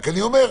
רק אני אומר,